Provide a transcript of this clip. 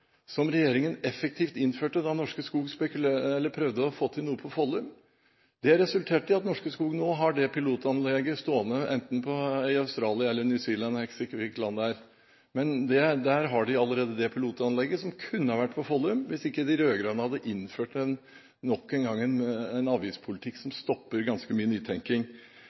som regjeringen effektivt innførte da Norske Skog prøvde å få til noe på Follum. Det resulterte i at Norske Skog nå har det pilotanlegget stående i Australia eller på New Zealand. Jeg er ikke sikker på hvilket land det er. Men der har de allerede det pilotanlegget som kunne ha vært på Follum, hvis ikke de rød-grønne nok en gang hadde innført en avgiftspolitikk som stopper ganske mye